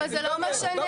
אבל זה לא מה שנאמר.